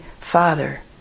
father